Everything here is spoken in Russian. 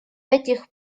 этих